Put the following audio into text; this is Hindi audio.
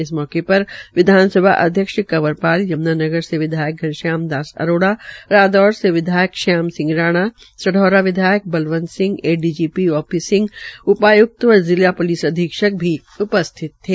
इस मौके पर विधानसभा अध्यक्ष कंवर पाल यम्नानगर के विधायक घनश्याम दास अरोड़ा रादौर से विधायक श्याम सिंह राणा सा रा विधायक Balwant Singh ADGP O P Singh उपाय्क्त व प्लिस अधीक्षक भी उपस्थित थे